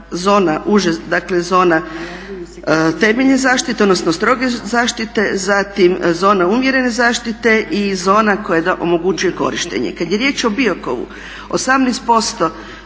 zone temeljne zaštite odnosno stroge zaštite, zatim zona umjerene zaštite i zona koja omogućuje korištenje. Kad je riječ o Biokovu 18%